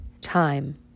time